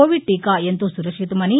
Covid టీకా ఎంతో సురక్షితమని